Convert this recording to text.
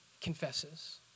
confesses